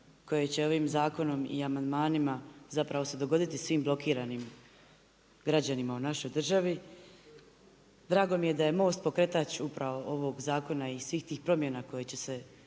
koje će ovim zakonom i amandmanima zapravo se dogoditi svim blokiranim građanima u našoj državi. Drago mi je da je MOST pokretač upravo ovog zakona i svih tih promjena koje će se